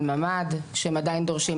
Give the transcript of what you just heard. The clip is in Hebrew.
על ממד שהם עדיין הם דורשים,